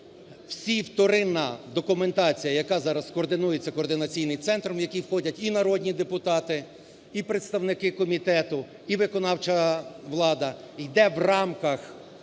Вся вторинна документація, яка зараз координується координаційним центром, в яку входять і народні депутати, і представники комітету, і виконавча влада йде в рамках